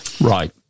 Right